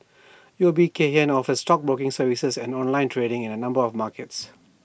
U O B Kay Hian offers stockbroking services and online trading in A number of markets